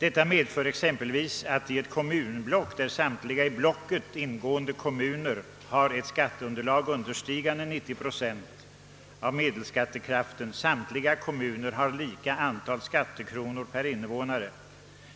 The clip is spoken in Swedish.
Detta medför exempelvis att samtliga kommuner i ett kommunblock, där alla i blocket ingående kommuner har ett skatteunderlag understigande 90 procent av medelskattekraften, får ett lika stort antal skattekronor per invånare.